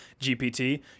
GPT